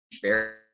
fair